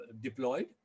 deployed